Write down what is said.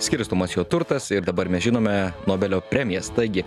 skirstomas jo turtas ir dabar mes žinome nobelio premijas taigi